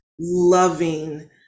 loving